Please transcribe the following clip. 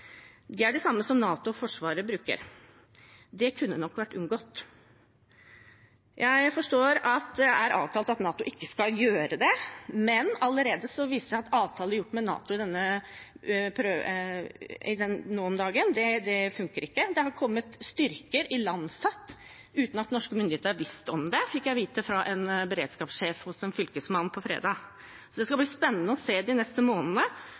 er de samme som NATO og Forsvaret bruker. Det kunne nok vært unngått. Jeg forstår at det er avtalt at NATO ikke skal gjøre det, men allerede viser det seg at avtaler som er inngått med NATO nå om dagen, ikke funker. Det er ilandsatt styrker uten at norske myndigheter har visst om det, fikk jeg vite fra en beredskapssjef hos en fylkesmann på fredag. Så det skal bli spennende å se de neste månedene